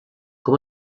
com